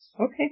Okay